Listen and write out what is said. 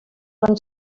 van